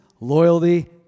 loyalty